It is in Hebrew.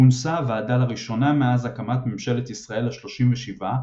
כונסה הוועדה לראשונה מאז הקמת ממשלת ישראל ה-37,